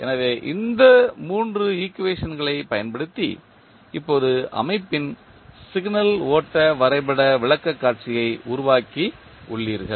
எனவே இந்த 3 ஈக்குவேஷன்களைப் பயன்படுத்தி இப்போது அமைப்பின் சிக்னல் ஓட்ட வரைபட விளக்கக்காட்சியை உருவாக்கியுள்ளீர்கள்